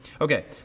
Okay